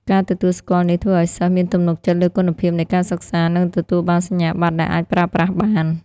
ការទទួលស្គាល់នេះធ្វើឱ្យសិស្សមានទំនុកចិត្តលើគុណភាពនៃការសិក្សា និងទទួលបានសញ្ញាបត្រដែលអាចប្រើប្រាស់បាន។